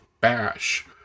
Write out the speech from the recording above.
bash